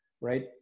right